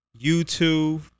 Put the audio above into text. YouTube